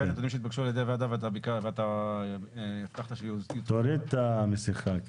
ואתה ביקשת שיוצגו בדיון הקרוב,